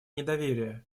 недоверия